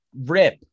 Rip